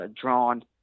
drawn